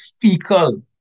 fecal